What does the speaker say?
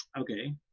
okay